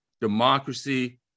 democracy